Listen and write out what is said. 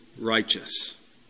righteous